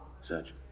Search